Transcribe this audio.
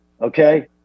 Okay